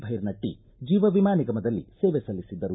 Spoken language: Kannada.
ಭೈರನಟ್ಟಿ ಜೀವ ವಿಮಾ ನಿಗಮದಲ್ಲಿ ಸೇವೆ ಸಲ್ಲಿಸಿದ್ದರು